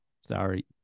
sorry –